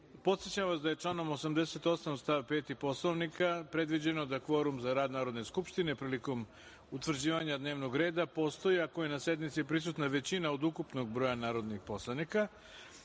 vas da je članom 88. stav 5. Poslovnika predviđeno da kvorum za rad Narodne skupštine prilikom utvrđivanja dnevnog reda postoji ako je na sednici prisutna većina od ukupnog broja narodnih poslanika.